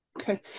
Okay